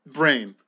brain